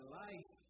life